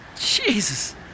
Jesus